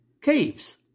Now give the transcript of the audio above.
caves